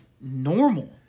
normal